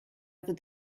other